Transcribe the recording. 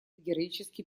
героически